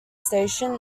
station